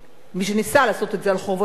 מי שניסה לעשות את זה על חורבות הליכוד,